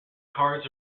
cards